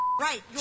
Right